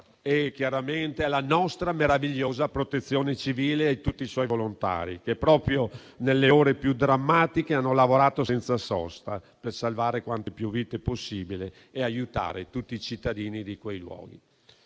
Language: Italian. e chiaramente alla nostra meravigliosa Protezione civile e a tutti i suoi volontari, che proprio nelle ore più drammatiche hanno lavorato senza sosta per salvare quante più vite possibile e aiutare tutti i cittadini di quei luoghi.